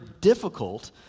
difficult